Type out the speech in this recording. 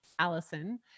Allison